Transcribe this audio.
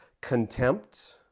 contempt